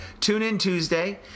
TuneInTuesday